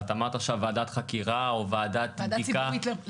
אבל את אמרת עכשיו ועדת חקירה או ועדת בדיקה -- ועדה ציבורית לחשוד.